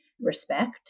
respect